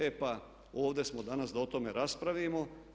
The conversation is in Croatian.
E pa ovdje smo danas da o tome raspravimo.